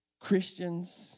Christians